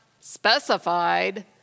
specified